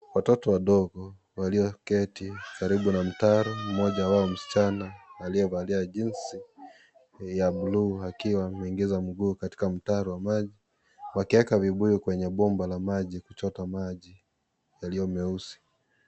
Watoto wadogo walioketi karibu na mtaro mmoja wao msichana aliyevalia jinsi ya bluu akiwa ameingiza mguu katika mtaro wa maji wakieka vibuyu kwenye bomba la maji kuchota maji yaliyo meusi.